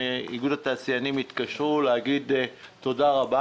התקשרו להודות מאיגוד התעשיינים,